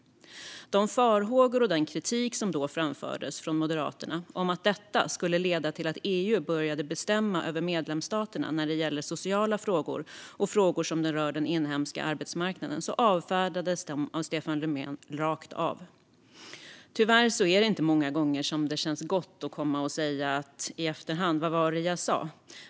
De farhågor och den kritik som då framfördes från Moderaterna om att detta skulle leda till att EU började bestämma över medlemsstaterna när det gäller sociala frågor och frågor som rör den inhemska arbetsmarknaden avfärdades av Stefan Löfven rakt av. Tyvärr är det inte många gånger som det känns gott att i efterhand komma och säga: Vad var det jag sa?